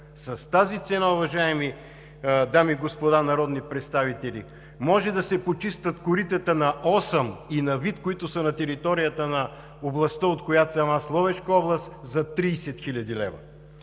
С тази цена, уважаеми дами и господа народни представители, може да се почистят коритата на Осъм и на Вит, които са на територията на областта, от която съм аз – Ловешка област, за 30 хил. лв.